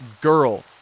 girl